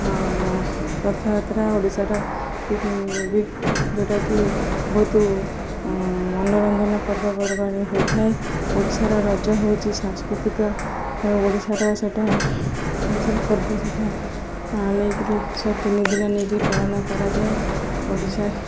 ରଥଯାତ୍ରା ଓଡ଼ିଶାର ଯେଉଁଟାକି ବହୁତ ମନୋରଞ୍ଜନ ପର୍ବପର୍ବାଣି ହୋଇଥାଏ ଓଡ଼ିଶାର ରଜ ହେଉଛି ସାଂସ୍କୃତିକ ଓଡ଼ିଶାର ସେଟା ଓଡ଼ିଶାର ପର୍ବ ସେଠା ନେଇ କରି ସେ ତିନି ଦିନ ନେଇ କିରି ପାଳନ କରାଯାଏ ଓଡ଼ିଶା